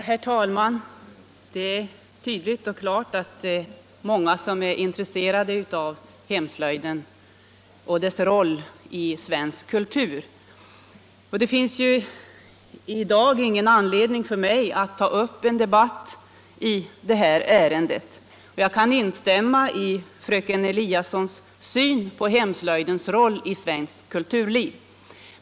Herr talman! Det är tydligt och klart att det är många som är intresserade av hemslöjden och dess roll i svensk kultur. Det finns i dag ingen anledning för mig att ta upp en debatt i detta ärende. Jag kan dela fröken Eliassons syn på hemslöjdens roll i svenskt kulturliv.